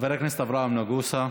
חבר הכנסת אברהם נגוסה,